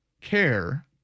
care